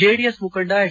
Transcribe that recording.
JDS ಮುಖಂಡ H